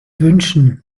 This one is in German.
wünschen